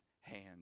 hand